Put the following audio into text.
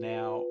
Now